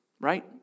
right